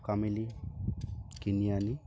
টকা মিলি কিনি আনি